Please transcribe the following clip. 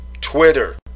Twitter